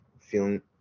feeling